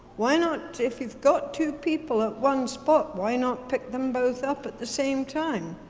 why not, if you've got two people at one spot, why not pick them both up at the same time,